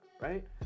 Right